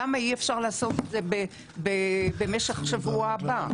למה אי אפשר לעשות את זה במשך שבוע הבא?